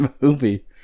movie